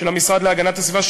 של המשרד להגנת הסביבה,